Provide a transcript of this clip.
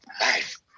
life